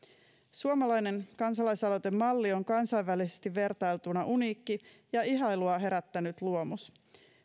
suomalainen kansalaisaloitemalli on kansainvälisesti vertailtuna uniikki ja ihailua herättänyt luomus